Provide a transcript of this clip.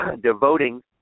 devoting